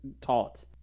taught